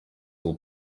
will